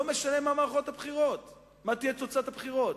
לא משנה מה תהיה תוצאת הבחירות.